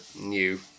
new